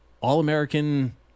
all-American